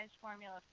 formula